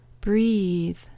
Breathe